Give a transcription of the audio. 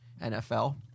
NFL